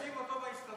רוצים אותו בהסתדרות.